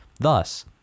Thus